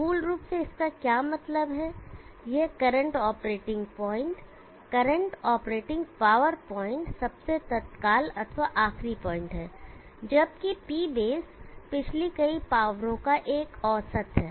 मूल रूप से इसका क्या मतलब है कि यह current operating point current operating power point सबसे तत्काल अथवा आखरी पॉइंट है जबकि P बेस पिछली कई पावरो का एक औसत है